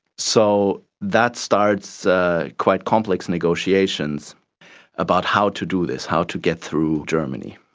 so that starts quite complex negotiations about how to do this, how to get through germany.